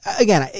again